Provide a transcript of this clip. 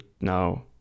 now